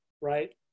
right